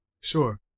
sure